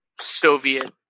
Soviet